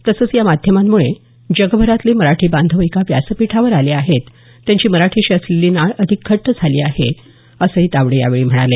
तसंच या माध्यमांमुळे जगभरातले मराठी बांधव एका व्यासपीठावर आले आहेत त्यांची मराठीशी असलेली नाळ अधिक घट्ट झाली आहे असंही तावडे यावेळी म्हणाले